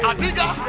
Adiga